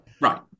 Right